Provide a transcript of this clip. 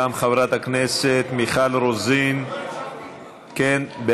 גם חברת הכנסת מיכל רוזין בעד,